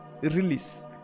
release